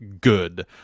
good